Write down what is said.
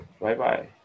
Bye-bye